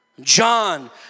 John